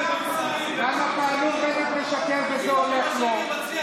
שרן, כמה איחודי משפחות אלקין הבטיח לעבאס?